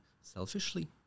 selfishly